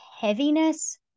heaviness